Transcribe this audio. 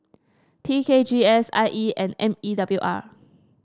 T K G S I E and M E W R